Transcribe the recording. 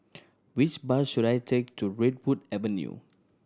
which bus should I take to Redwood Avenue